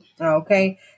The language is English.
Okay